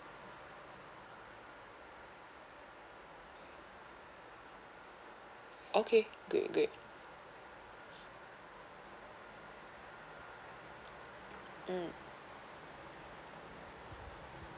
okay great great um